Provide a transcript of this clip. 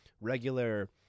regular